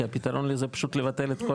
כי הפתרון לזה הוא פשוט לבטל את כל